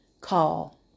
call